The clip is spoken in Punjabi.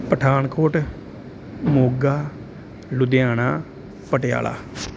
ਪਠਾਨਕੋਟ ਮੋਗਾ ਲੁਧਿਆਣਾ ਪਟਿਆਲਾ